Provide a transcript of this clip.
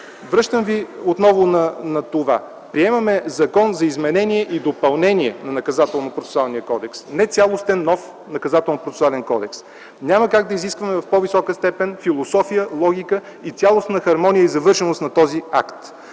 Връщам ви отново на това – приемаме Закон за изменение и допълнение на Наказателно-процесуалния кодекс, не цялостен нов Наказателно-процесуален кодекс. Няма как да изискваме в по-висока степен философия, логика и цялостна хармония и завършеност на този акт.